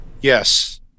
Yes